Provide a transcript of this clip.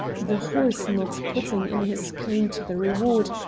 the horse not putting in his claim to the reward,